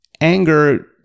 anger